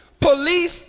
Police